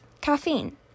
caffeine